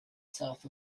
south